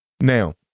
Now